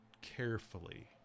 carefully